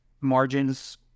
margins